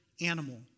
animal